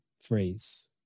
phrase